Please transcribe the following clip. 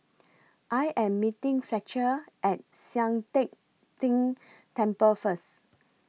I Am meeting Fletcher At Sian Teck Tng Temple First